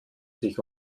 sich